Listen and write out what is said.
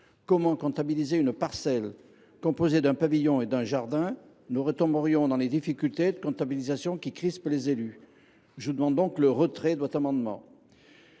Comment comptabiliser une parcelle composée d’un pavillon et d’un jardin ? Nous retomberions dans les difficultés de comptabilisation qui crispent les élus. Je vous demande donc, ma chère collègue,